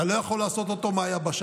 אתה לא יכול לעשות אותו מהיבשה,